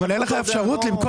למה אין את האפשרות למכור?